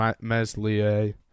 Meslier